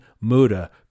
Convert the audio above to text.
Muda